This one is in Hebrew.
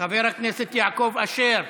חבר הכנסת יעקב אשר,